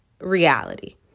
reality